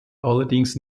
allerdings